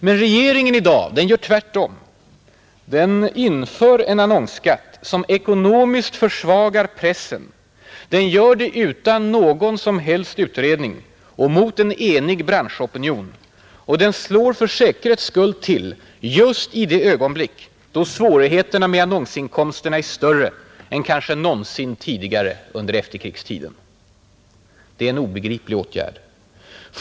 Men regeringen i dag gör tvärtom: den inför en annonsskatt som ekonomiskt försvagar pressen, den gör det utan någon som helst utredning och mot en enig branschopinion, och den slår för säkerhets skull till just i det ögonblick då svårigheterna med annonsinkomsterna är större än kanske någonsin tidigare under efterkrigstiden. Det är en obegriplig åtgärd.